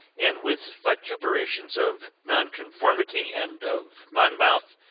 and with vituperations of nonconformity and of monmouth,